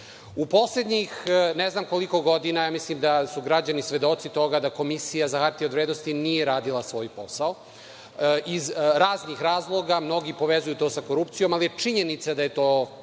poslednjih, ne znam koliko godina, mislim da su građani svedoci toga da Komisija za hartije od vrednosti nije radila svoj posao. Iz raznih razloga, mnogi povezuju to sa korupcijom, ali je činjenica da je to tako.